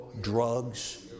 drugs